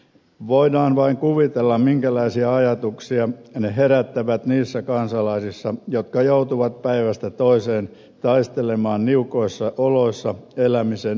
voidaan vain kuvitella minkälaisia ajatuksia ne herättävät niissä kansalaisissa jotka joutuvat päivästä toiseen taistelemaan niukoissa oloissa elämisen ylläpitämiseksi